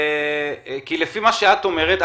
לפי מה שאת אומרת,